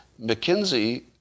McKinsey